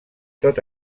tot